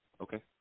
Okay